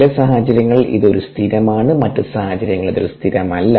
ചില സാഹചര്യങ്ങളിൽ ഇത് ഒരു സ്ഥിരമാണ് മറ്റ് സാഹചര്യങ്ങളിൽ ഇത് ഒരു സ്ഥിരമല്ല